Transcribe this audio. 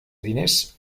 diners